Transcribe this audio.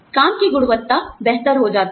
काम की गुणवत्ता बेहतर हो जाती है